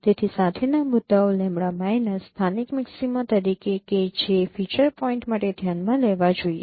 તેથી સાથેના મુદ્દાઓ સ્થાનિક મૅક્સીમા તરીકે કે જે ફીચર પોઈન્ટ માટે ધ્યાનમાં લેવા જોઈએ